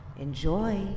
Enjoy